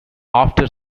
after